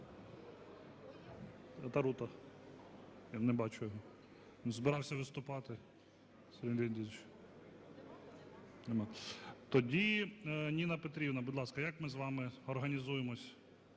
Тарута. Не бачу його. Збирався виступати. Нема. Тоді, Ніна Петрівна, будь ласка, як ми з вами організуємось?